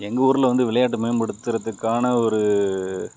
எங்கூரில் வந்து விளையாட்டை மேம்படுத்துகிறதுக்கான ஒரு